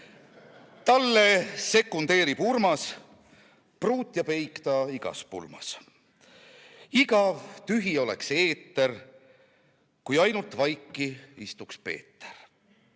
Talle sekundeerib Urmas, pruut ja peig ta igas pulmas. Igav, tühi oleks eeter, kui ainult vaiki istuks Peeter.